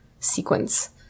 sequence